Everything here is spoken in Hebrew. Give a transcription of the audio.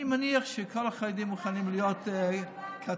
אני מניח שכל החרדים מוכנים להיות כתבים,